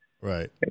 Right